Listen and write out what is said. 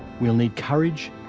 we'll need courage,